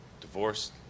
divorced